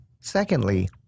secondly